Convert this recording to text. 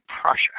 Prussia